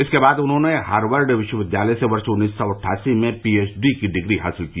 इसके बाद उन्होंने हॉरवर्ड विश्वविद्यालय से वर्ष उन्नीस सौ अट्गसी में पी एच डी की डिग्री हासिल की